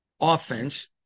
offense